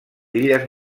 illes